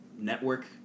Network